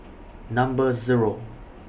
Number Zero